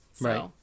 Right